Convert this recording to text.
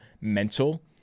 mental